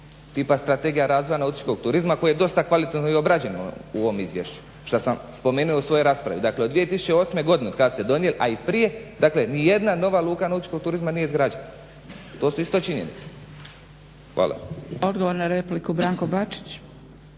Tipa Strategija razvoja nautičkog turizma koji je dosta kvalitetno i obrađeno u ovom izvješću, šta sam spomenuo u svojoj raspravi. Dakle od 2008.godine od kada ste donijeli a i prije nijedna nova luka nautičkog turizma nije izgrađena. To su isto činjenice. Hvala. **Zgrebec, Dragica